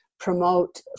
promote